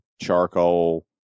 charcoal